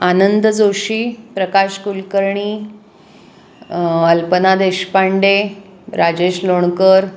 Anand Joshi Prakash Kulkarni Alpana Deshpande Rajesh Lonkar